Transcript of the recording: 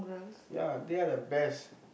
ya they are the best